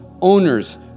owners